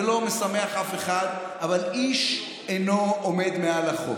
זה לא משמח אף אחד, אבל איש אינו עומד מעל החוק.